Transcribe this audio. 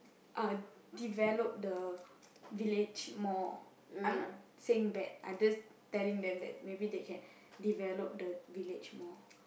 uh develop the village more I'm not saying bad I'm just telling them that maybe they can develop the village more